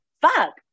fuck